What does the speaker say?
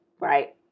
Right